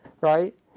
right